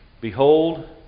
Behold